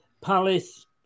Palace